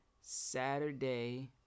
Saturday